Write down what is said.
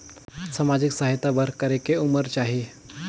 समाजिक सहायता बर करेके उमर चाही?